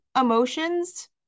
emotions